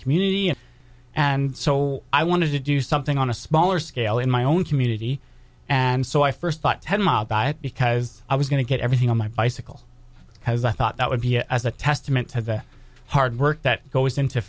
community and so i wanted to do something on a smaller scale in my own community and so i first thought because i was going to get everything on my bicycle as i thought that would be as a testament to the hard work that goes into